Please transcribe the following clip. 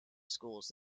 schools